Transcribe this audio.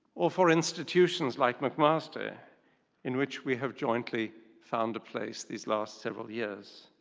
or for institutions like mcmaster in which we have jointly found a place these last several years.